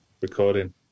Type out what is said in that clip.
recording